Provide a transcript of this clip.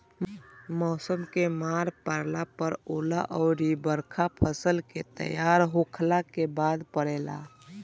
मौसम के मार पड़ला पर ओला अउर बरखा फसल के तैयार होखला के बाद पड़ेला